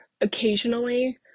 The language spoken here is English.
occasionally